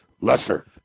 Lester